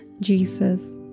Jesus